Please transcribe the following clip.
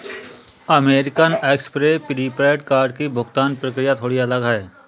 American Express prepaid card की भुगतान प्रक्रिया थोड़ी अलग है